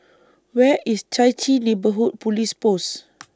Where IS Chai Chee Neighbourhood Police Post